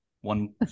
one